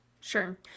Sure